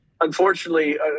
Unfortunately